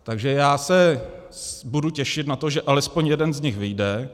Takže já se budu těšit na to, že alespoň jeden z nich vyjde.